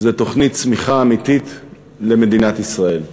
הוא תוכנית צמיחה אמיתית למדינת ישראל.